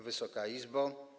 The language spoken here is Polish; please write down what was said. Wysoka Izbo!